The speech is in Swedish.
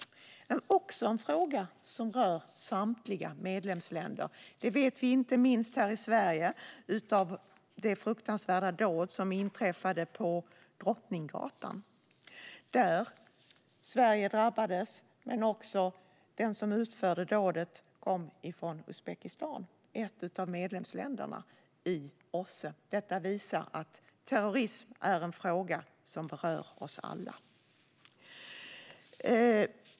Det är också en fråga som rör samtliga medlemsländer. Det vet vi inte minst här i Sverige efter att vi drabbades av det fruktansvärda dåd som inträffade på Drottninggatan och där den som utförde dådet kom från Uzbekistan - ett av medlemsländerna i OSSE. Detta visar att terrorism är en fråga som berör oss alla.